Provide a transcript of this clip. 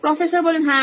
professor হ্যাঁ